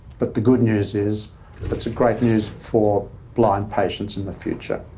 but the good news is it's great news for blind patients in the future.